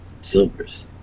Silvers